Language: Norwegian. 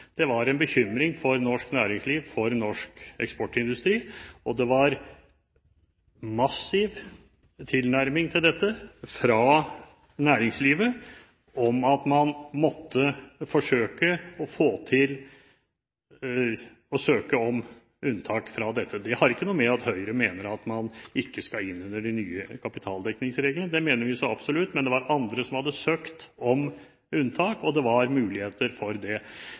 Det var en bekymring for norsk næringsliv, for norsk eksportindustri, og det var massiv tilnærming til dette fra næringslivet om at man måtte forsøke å søke unntak fra dette. Det har ikke noe å gjøre med at Høyre mener at man ikke skal inn under de nye kapitaldekningsreglene – det mener vi så absolutt. Men det var andre som hadde søkt om unntak, og det var muligheter for det.